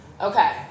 Okay